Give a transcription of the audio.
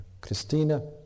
Christina